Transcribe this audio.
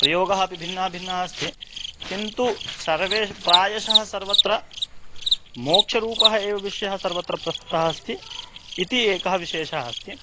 प्रयोगः अपि भिन्नः भिन्नः अस्ति किन्तु सर्वे प्रायशः सर्वत्र मोक्षरूपः एव विषयः सर्वत्र प्रस्तुतः अस्ति इति एकः विशेषः अस्ति